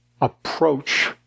approach